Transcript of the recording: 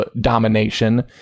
domination